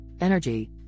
Energy